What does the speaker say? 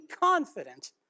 confident